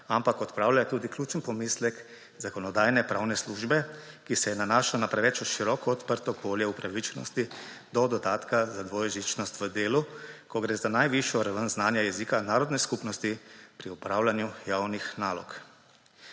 ampak odpravlja tudi ključen pomislek Zakonodajno-pravne službe, ki se je nanašal na preveč široko odprto polje upravičenosti do dodatka za dvojezičnost v delu, ko gre za najvišjo raven znanja jezika narodne skupnosti pri opravljanju javnih nalog.